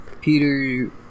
Peter